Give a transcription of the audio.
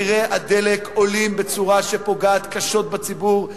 מחירי הדלק עולים בצורה שפוגעת קשות בציבור,